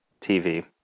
TV